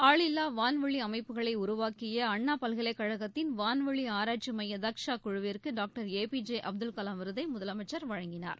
ஆளில்லா வான்வெளி அமைப்புகளை உருவாக்கிய அண்ணா பல்கலைக்கழகத்தின் வான்வெளி ஆராய்ச்சி மைய தக்ஷா குழுவிற்கு டாக்டர் ஏபிஜே அப்துல் கலாம் விருதை முதலமைச்சர் வழங்கினார்